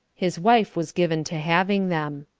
his wife was given to having them.